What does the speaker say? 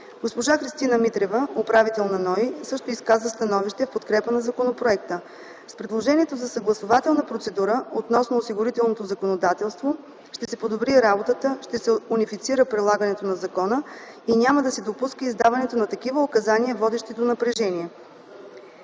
Госпожа Христина Митрева – управител на НОИ също изказа становище в подкрепа на законопроекта. С предложението за съгласувателна процедура, относно осигурителното законодателство ще се подобри работата, ще се унифицира прилагането на закона и няма да се допуска издаването на такива указания, водещи до напрежение.